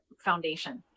foundation